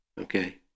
Okay